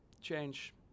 change